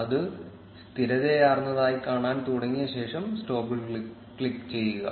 അത് സ്ഥിരതയാർന്നതായി കാണാൻ തുടങ്ങിയ ശേഷം സ്റ്റോപ്പിൽ ക്ലിക്കുചെയ്യുക